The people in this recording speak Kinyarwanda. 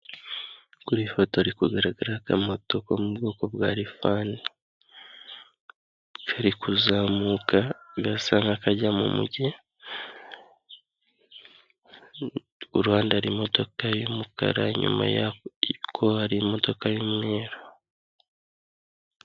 Kuri iyi foto hari kugaragara akamoto ko mu bwoko bwa rifani kari kuzamuka gasa n'akajya mu mujyi, kuruhande hari imodoka y'umukara, inyuma y'ako hari imodoka y'umweru.